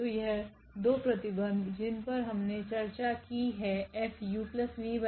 तो यह 2 प्रतिबंध जिन पर हमने चर्चा की हैF𝑢𝑣𝐹𝑢𝐹𝑣 और𝐹𝑘𝑢𝑘𝐹𝑢